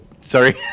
sorry